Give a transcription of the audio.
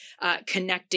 connecting